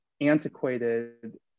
antiquated